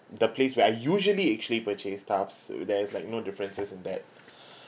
the place where I usually actually purchase stuffs so there's like no differences in that